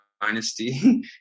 Dynasty